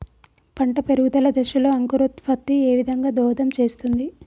పంట పెరుగుదల దశలో అంకురోత్ఫత్తి ఏ విధంగా దోహదం చేస్తుంది?